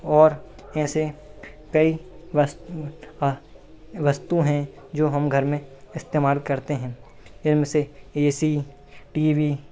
और ऐसे कई वस्तुओं का वस्तु हैं जो हम घर में इस्तेमाल करते हैं इनसे ए सी टी वी